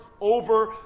over